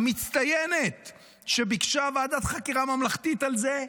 המצטיינת שביקשה ועדת חקירה ממלכתית על זה?